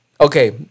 okay